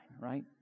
right